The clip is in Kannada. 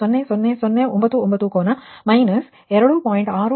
99900099 ಕೋನ ಮೈನಸ್ 2